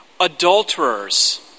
Adulterers